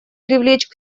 привлечь